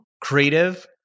creative